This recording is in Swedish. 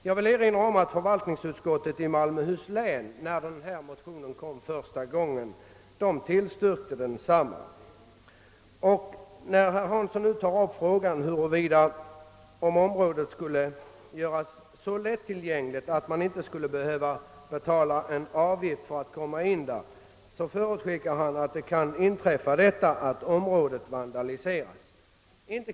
Jag vill erinra om att förvaltningsutskottet i Malmöhus län tillstyrkte motionen när den första gången lades fram. Herr Hansson diskuterar huruvida området kan göras så lättillgängligt att man inte behöver erlägga någon avgift för att komma in där och förutskickar då, att området genom en sådan utveckling kan råka ut för vandalisering.